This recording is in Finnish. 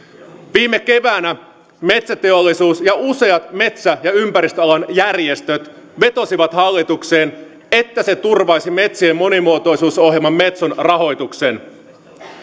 viime keväänä metsäteollisuus ja useat metsä ja ympäristöalan järjestöt vetosivat hallitukseen että se turvaisi metsien rnonimuotoisuusohjelma metson rahoituksen